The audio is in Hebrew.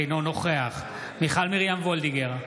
אינו נוכח מיכל מרים וולדיגר,